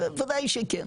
ודאי שכן.